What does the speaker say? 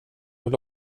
vill